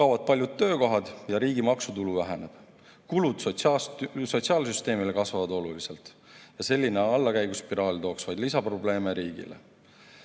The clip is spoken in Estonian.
kaovad paljud töökohad ja riigi maksutulu väheneb. Kulud sotsiaalsüsteemile kasvavad oluliselt ja selline allakäiguspiraal tooks vaid lisaprobleeme riigile.